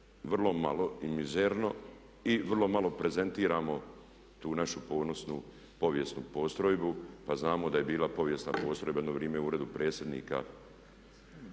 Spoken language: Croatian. vrlo malo i mizerno i vrlo malo prezentiramo tu našu ponosnu povijesnu postrojbu. Pa znamo da je bila povijesna postrojba jedno vrijeme u Uredu predsjednika